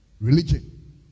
Religion